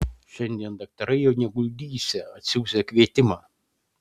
šiandien daktarai jo neguldysią atsiųsią kvietimą